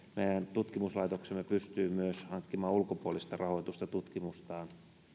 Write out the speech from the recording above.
tutkimuslaitoksemme pystyy myös hankkimaan ulkopuolista rahoitusta tutkimustaan